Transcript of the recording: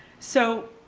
so